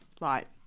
Right